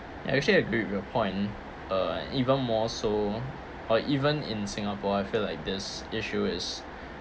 actually I agree with your point uh even more so or even in singapore I feel like this issue is